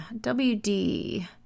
WD